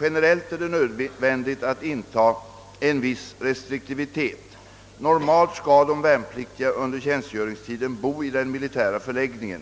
Generellt är det nödvändigt att inta en viss restriktivitet. Normalt skall de värnpliktiga under tjänstgöringstiden bo i den militära förläggningen.